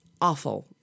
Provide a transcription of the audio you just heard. awful